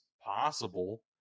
Possible